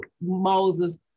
Moses